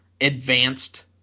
advanced